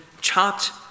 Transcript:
chopped